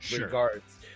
regards